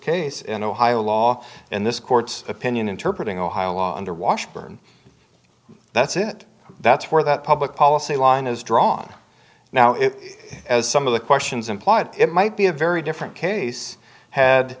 case in ohio law in this court's opinion interpret in ohio law under washburn that's it that's where that public policy line is drawn now if as some of the questions implied it might be a very different case had